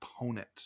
opponent